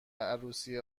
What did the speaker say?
عروسی